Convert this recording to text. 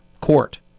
court